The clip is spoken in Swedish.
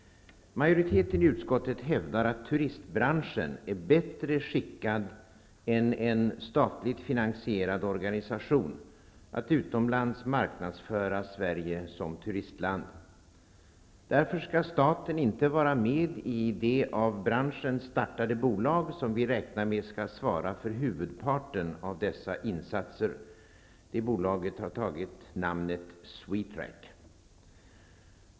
Majoriteten i utskottet hävdar att turistbranschen är bättre skickad än en statligt finansierad organisation att utomlands marknadsföra Sverige som turistland. Därför skall staten inte vara med i det av branschen startade bolag som vi räknar med skall svara för huvudparten av dessa insatser. Detta bolag har tagit namnet SWETRAC.